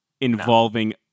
involving